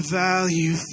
value